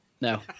No